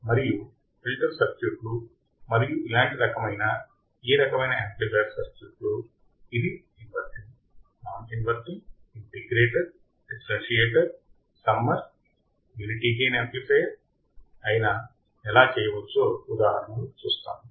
మరియు ఫిల్టర్ సర్క్యూట్లు మరియు ఇలాంటి రకమైన ఈ రకమైన యాంప్లిఫైయర్ సర్క్యూట్లు ఇది inverting non inverting integrator differentiator summer right unity gain amplifier అయినాఎలాచేయవచ్చో ఉదాహరణలు చూస్తాము